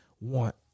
want